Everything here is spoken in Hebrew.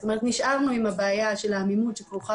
זאת אומרת נשארנו עם הבעיה של העמימות שכרוכה